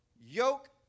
yoke